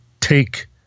take